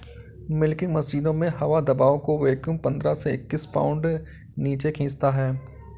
milking मशीनों में हवा दबाव को वैक्यूम पंद्रह से इक्कीस पाउंड नीचे खींचता है